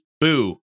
Boo